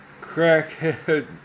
crackhead